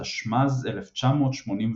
התשמ״ז–1986.